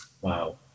Wow